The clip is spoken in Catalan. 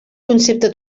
concepte